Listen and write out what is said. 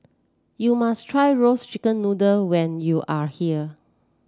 you must try Roasted Chicken Noodle when you are here